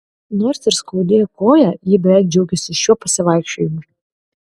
nors ir skaudėjo koją ji beveik džiaugėsi šiuo pasivaikščiojimu